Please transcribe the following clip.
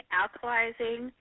alkalizing